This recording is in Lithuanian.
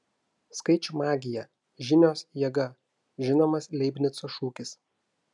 skaičių magija žinios jėga žinomas leibnico šūkis